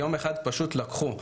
יום אחד פשוט לקחו.